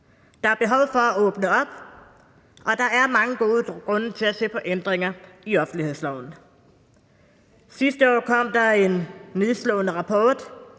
Der er behov for at åbne op, og der er mange gode grunde til at se på ændringer i offentlighedsloven. Sidste år kom der en nedslående rapport